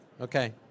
Okay